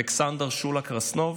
אלכסנדר שולה קרסנוב.